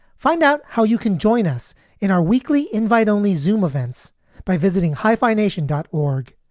find out how you can join us in our weekly invite only zoome events by visiting hyphenation dot org.